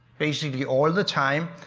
basically all the time,